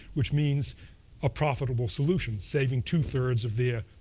which means a profitable solution, saving two three of their